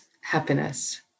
happiness